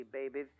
baby